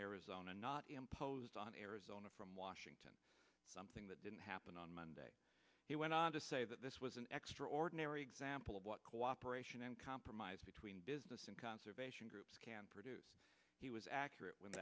arizona not imposed on arizona from washington something that didn't happened on monday he went on to say that this was an extraordinary example of what cooperation and compromise between business and conservation groups can produce he was accurate when